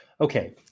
Okay